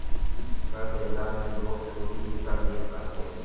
कर देहला में लोग चोरी भी कर लेत बाटे